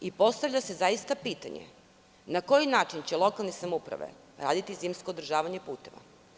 Postavlja se pitanje – na koji način će lokalne samouprave raditi zimsko održavanje puteva?